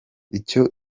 icyo